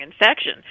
infection